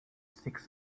six